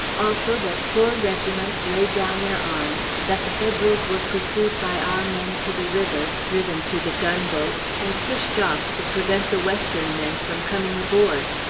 also that four regiments laid down their arms, that the federals were pursued by our men to the river, driven to the gunboats, and pushed off to prevent the western men from coming aboard.